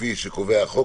כפי שקובע החוק,